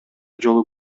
жолу